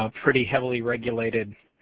ah pretty heavily regulated